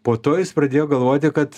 po to jis pradėjo galvoti kad